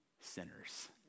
sinners